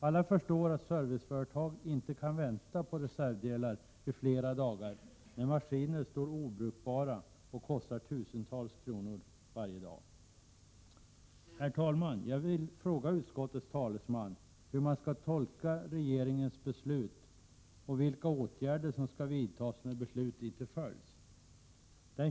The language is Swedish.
Alla förstår att serviceföretag inte kan vänta på reservdelar i flera dagar när maskiner står obrukbara och kostar tusentals kronor varje dag. Jag vill, herr talman, fråga utskottets talesman hur man skall tolka regeringens beslut och vilka åtgärder som skall vidtas när beslut inte följs.